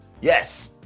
yes